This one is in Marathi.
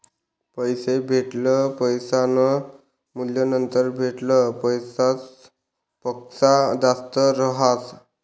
पैले भेटेल पैसासनं मूल्य नंतर भेटेल पैसासपक्सा जास्त रहास